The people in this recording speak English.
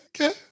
okay